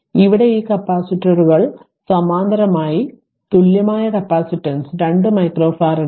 ഇവിടെ ഈ കപ്പാസിറ്ററുകൾ സമാന്തരമായി തുല്യമായ കപ്പാസിറ്റൻസ് 2 മൈക്രോഫറാഡാണ്